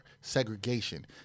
segregation